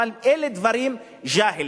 אבל אלה דברים "ג'אהלים",